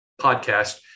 podcast